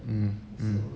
mm mm